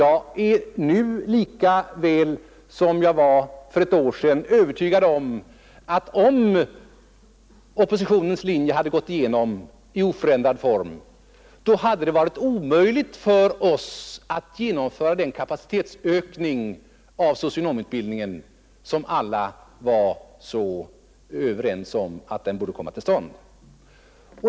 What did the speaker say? Jag är nu lika väl som för ett år sedan övertygad om att hade oppositionens linje gått igenom i oförändrad form, skulle det varit omöjligt för oss att genomföra den kapacitetsökning av socionomutbildningen, som alla var så överens om borde komma till stånd.